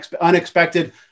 unexpected